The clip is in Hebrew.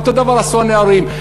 אותו דבר עשו הנערים.